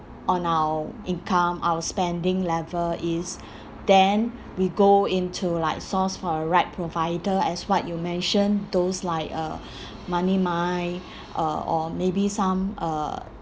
on our income our spending level is then we go into like source for a right provider as what you mention those like uh money mind uh or maybe some uh